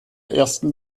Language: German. ersten